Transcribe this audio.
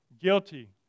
guilty